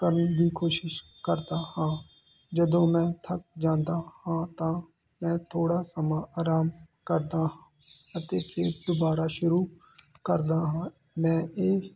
ਕਰਨ ਦੀ ਕੋਸ਼ਿਸ਼ ਕਰਦਾ ਹਾਂ ਜਦੋਂ ਮੈਂ ਥੱਕ ਜਾਂਦਾ ਹਾਂ ਤਾਂ ਮੈਂ ਥੋੜ੍ਹਾ ਸਮਾਂ ਆਰਾਮ ਕਰਦਾ ਹਾਂ ਅਤੇ ਫਿਰ ਦੁਬਾਰਾ ਸ਼ੁਰੂ ਕਰਦਾ ਹਾਂ ਮੈਂ ਇਹ